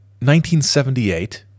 1978